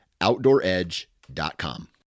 OutdoorEdge.com